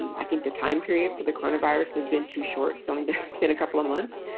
i think the time period for the coronavirus has been too short. it's only been a couple of months.